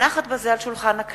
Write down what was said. הצעת חבר הכנסת